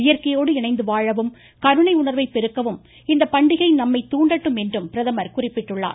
இயற்கையோடு இணைந்து வாழவும் கருணை உணர்வை பெருக்கவும் இந்த பண்டிகை நம்மை தூண்டட்டும் என்றும் பிரதமர் குறிப்பிட்டுள்ளார்